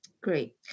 Great